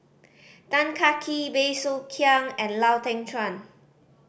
Tan Kah Kee Bey Soo Khiang and Lau Teng Chuan